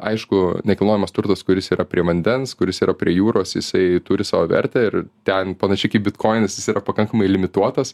aišku nekilnojamas turtas kuris yra prie vandens kuris yra prie jūros jisai turi savo vertę ir ten panašiai kaip bitkoinas jis yra pakankamai limituotas